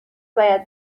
باید